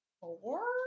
four